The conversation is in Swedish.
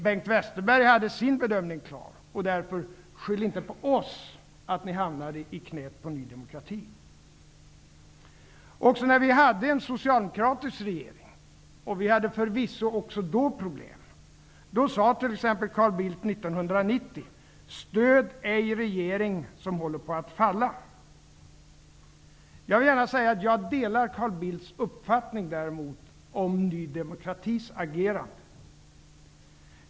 Bengt Westerberg hade sin bedömning klar. Skyll därför inte på oss att ni hamnade i knät på Ny demokrati! Även när vi hade en socialdemokratisk regering -- vi hade förvisso också då problem -- sade Carl Jag vill däremot gärna säga att jag delar Carl Bildts uppfattning om Ny demokratis agerande.